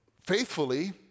faithfully